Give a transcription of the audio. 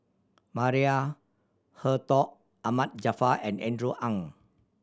Maria Hertogh Ahmad Jaafar and Andrew Ang